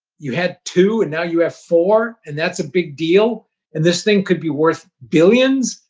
you had two and now you have four and that's a big deal and this thing could be worth billions?